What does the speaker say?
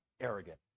arrogant